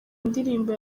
indirimbo